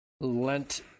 lent